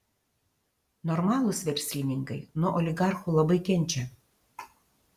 normalūs verslininkai nuo oligarchų labai kenčia